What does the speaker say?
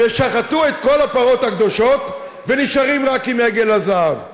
שחטו את כל הפרות הקדושות ונשארים רק עם עגל הזהב.